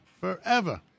Forever